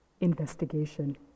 investigation